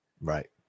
Right